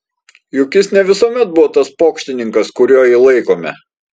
juk jis ne visuomet buvo tas pokštininkas kuriuo jį laikome